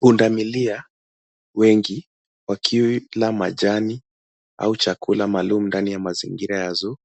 Pundamilia wengi wakila majani au chakula maalum ndani ya mazingira ya zoo ,